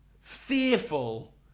fearful